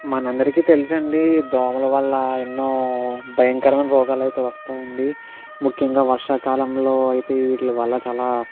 మనందరికీ తెలుసు అండి దోమల వల్ల ఎన్నో భయంకరమైన రోగాలైతే వస్తాయండి ముఖ్యంగా వర్షాకాలంలో అయితే వీటిని వల్ల చాలా